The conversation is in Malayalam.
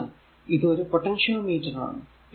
അതിനാൽ ഇത് ഒരു പൊട്ടൻഷിയോ മീറ്റർ ആണ്